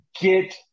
Get